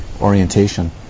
orientation